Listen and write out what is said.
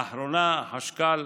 לאחרונה החשכ"ל